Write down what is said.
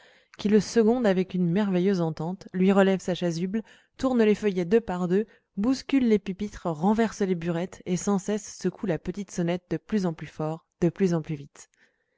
qui le seconde avec une merveilleuse entente lui relève sa chasuble tourne les feuillets deux par deux bouscule les pupitres renverse les burettes et sans cesse secoue la petite sonnette de plus en plus fort de plus en plus vite